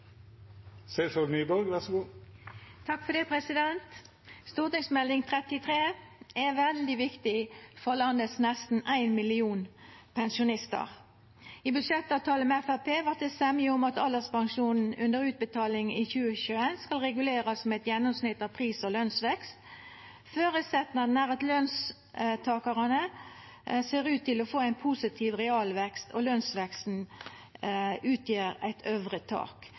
veldig viktig for landets nesten 1 million pensjonistar. I budsjettavtalen med Framstegspartiet vart det semje om at alderspensjon under utbetaling i 2021 skal regulerast med eit gjennomsnitt av pris- og lønsvekst. Føresetnaden er at lønstakarane ser ut til å få ein positiv realvekst og lønsveksten utgjer eit øvre tak.